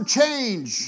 change